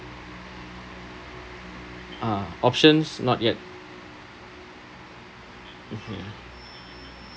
uh options not yet mmhmm